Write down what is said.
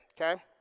okay